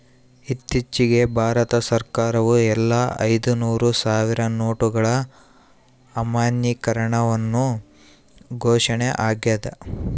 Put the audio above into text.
ಇತ್ತೀಚಿಗೆ ಭಾರತ ಸರ್ಕಾರವು ಎಲ್ಲಾ ಐದುನೂರು ಸಾವಿರ ನೋಟುಗಳ ಅಮಾನ್ಯೀಕರಣವನ್ನು ಘೋಷಣೆ ಆಗ್ಯಾದ